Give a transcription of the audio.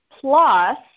plus